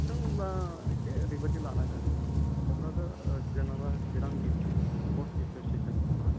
नों होमब्ला एसे ओरैबायदि लानांगोन क'क्राझार जेन'बा चिरां डिस्ट्रिक स्पर्टस एस'सियेसन दङ ना